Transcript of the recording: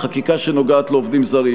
8. חקיקה שנוגעת לעובדים זרים.